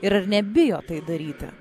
ir ar nebijo tai daryti